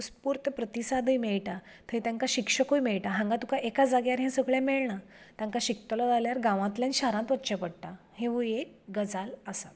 उत्सफुर्त प्रतिसादय मेळटा थंय तेंकां शिक्षकूय मेळटा हांगा तुका एकाच जाग्यार हें सगळें मेळना तांकां शिकतलो जाल्यार गांवांतल्यान शारांत वच्चें पडटा हिवूय एक गजाल आसा